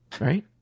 Right